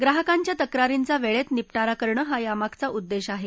ग्राहकांच्या तक्रारींचा वेळेत निपटारा करणं हा यामागचा उद्देश आहे